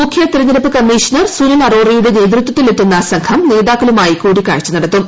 മുഖ്യ തെരഞ്ഞെടുപ്പ് കമ്മീഷണർ സുനിൽ അറോറയുടെ നേതൃത്വത്തിൽ എത്തുന്ന സംഘം നേതാക്കളുമായി കൂടിക്കാഴ്ച നടത്തും